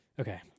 Okay